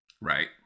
Right